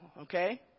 Okay